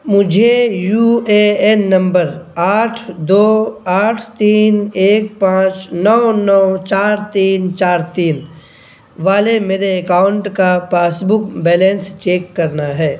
مجھے یو اے این نمبر آٹھ دو آٹھ تین ایک پانچ نو نو چار تین چار تین والے میرے اکاؤنٹ کا پاسبک بیلنس چیک کرنا ہے